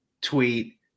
tweet